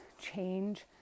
change